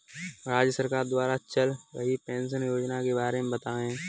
राज्य सरकार द्वारा चल रही पेंशन योजना के बारे में बताएँ?